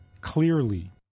clearly